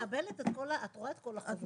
את רואה את כל החובות,